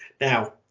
Now